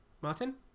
martin